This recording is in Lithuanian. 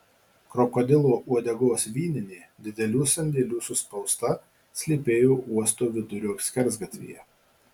krokodilo uodegos vyninė didelių sandėlių suspausta slypėjo uosto vidurio skersgatvyje